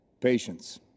patience